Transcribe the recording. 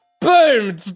Boom